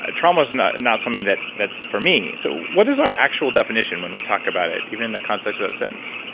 ah traumas not and not something that's for me. so, what is our actual definition when we talk about it, even in the context of that sentence?